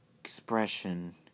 expression